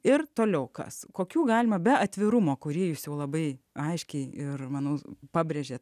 ir toliau kas kokių galima be atvirumo kurį jūs jau labai aiškiai ir manau pabrėžėt